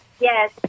yes